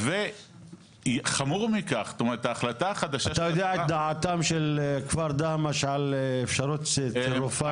אתה יודע את דעתם של כפר דהמש על אפשרות צירופם לרמלה?